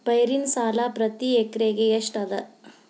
ಪೈರಿನ ಸಾಲಾ ಪ್ರತಿ ಎಕರೆಗೆ ಎಷ್ಟ ಅದ?